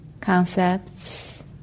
concepts